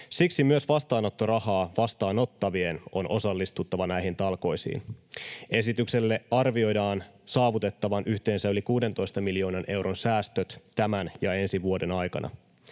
Siksi myös vastaanottorahaa vastaanottavien on osallistuttava näihin talkoisiin. Esityksellä arvioidaan saavutettavan yhteensä yli 16 miljoonan euron säästöt tämän ja ensi vuoden aikana.